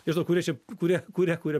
nežinau kuri čia kurie kuria kuria